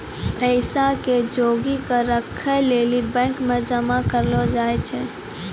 पैसा के जोगी क राखै लेली बैंक मे जमा करलो जाय छै